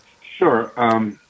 Sure